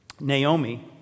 Naomi